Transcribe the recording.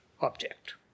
object